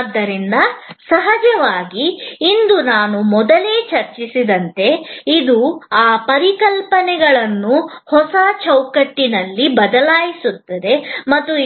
ಆದರೆ ಸಹಜವಾಗಿ ಇಂದು ನಾನು ಮೊದಲೇ ಚರ್ಚಿಸಿದಂತೆ ಇಂದು ಆ ಪರಿಕಲ್ಪನೆಗಳನ್ನು ಹೊಸ ಚೌಕಟ್ಟಿನಿಂದ ಬದಲಾಯಿಸಲಾಗುತ್ತಿದೆ